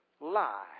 lie